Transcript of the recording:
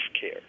care